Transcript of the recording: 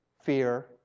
fear